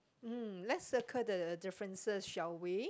mm lets circle the differences shall we